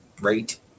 right